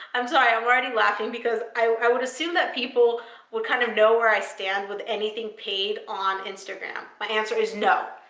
i'm sorry. i'm already laughing because i would assume that people would kind of know where i stand with anything paid on instagram. my answer is no,